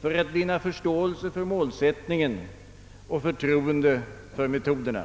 för att vinna förståelse för målsättningen och förtroende för metoderna.